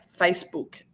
Facebook